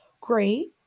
great